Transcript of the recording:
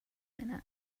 minute